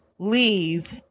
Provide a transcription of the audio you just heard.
leave